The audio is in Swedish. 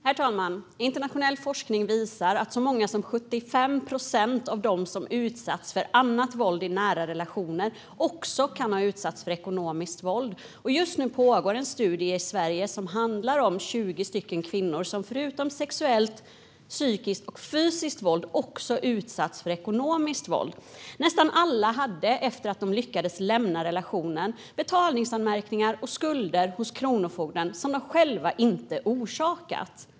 Herr talman! Internationell forskning visar att så många som 75 procent av dem som utsatts för annat våld i nära relationer också kan ha utsatts för ekonomiskt våld. Just nu pågår en studie i Sverige som handlar om 20 kvinnor som förutom sexuellt, psykiskt och fysiskt våld också har utsatts för ekonomiskt våld. Nästan alla hade, efter att de lyckats lämna relationen, betalningsanmärkningar och skulder hos Kronofogden som de själva inte hade orsakat.